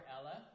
Ella